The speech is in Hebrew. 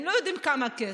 הם לא יודעים כמה כסף,